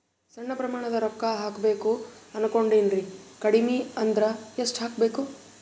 ಸಣ್ಣ ಪ್ರಮಾಣದ ರೊಕ್ಕ ಹಾಕಬೇಕು ಅನಕೊಂಡಿನ್ರಿ ಕಡಿಮಿ ಅಂದ್ರ ಎಷ್ಟ ಹಾಕಬೇಕು?